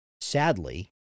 Sadly